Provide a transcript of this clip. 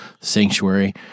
Sanctuary